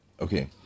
Okay